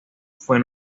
fue